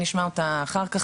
נשמע אותה אחר כך,